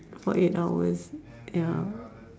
for eight hours ya